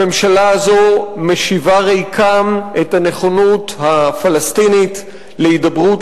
הממשלה הזאת משיבה ריקם את הנכונות הפלסטינית להידברות,